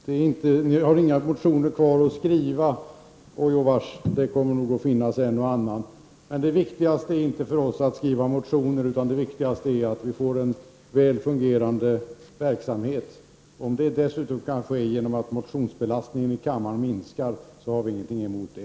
Herr talman! Ni har inga motioner kvar att skriva, sade Viola Claesson. Åjovars, det kommer nog att finnas en och annan. Men det viktigaste för oss är inte att skriva motioner, utan det viktigaste är att vi får en väl fungerande verksamhet. Om det dessutom medför att motionsbelastningen i kammaren minskar har vi ingenting emot det.